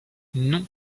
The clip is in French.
non